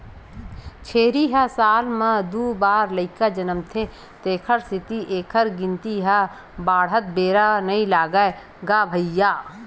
छेरी ह साल म दू बार लइका जनमथे तेखर सेती एखर गिनती ह बाड़हत बेरा नइ लागय गा भइया